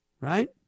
Right